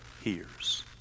hears